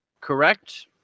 correct